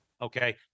okay